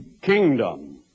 kingdom